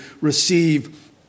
receive